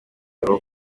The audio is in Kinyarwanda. aho